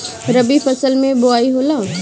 रबी फसल मे बोआई होला?